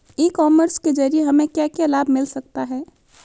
ई commerce के ज़रिए हमें क्या क्या लाभ मिल सकता है?